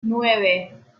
nueve